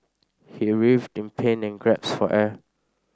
he writhed in pain and grasped for air